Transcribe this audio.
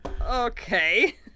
Okay